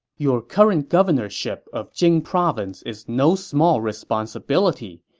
your current governorship of jing province is no small responsibility.